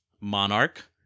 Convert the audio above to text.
Monarch